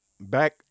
Back